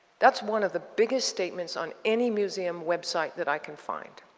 that's one of the biggest statements on any museum website that i can find.